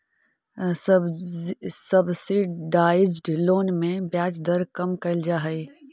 subsidised loan में ब्याज दर कम कैल जा हइ